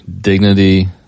dignity